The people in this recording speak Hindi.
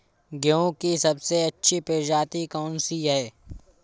गेहूँ की सबसे अच्छी प्रजाति कौन सी है?